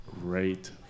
Great